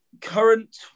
Current